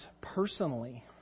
personally